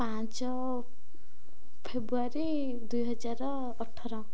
ପାଞ୍ଚ ଫେବୃଆରୀ ଦୁଇ ହଜାର ଅଠର